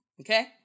okay